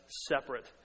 separate